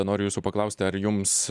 noriu jūsų paklausti ar jums